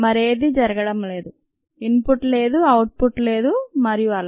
మరేదీ జరగడం లేదు input లేదు అవుట్ పుట్ లేదు మరియు అలా